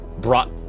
brought